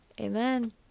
amen